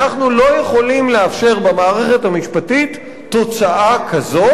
אנחנו לא יכולים לאפשר במערכת המשפטית תוצאה כזאת,